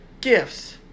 gifts